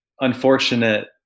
unfortunate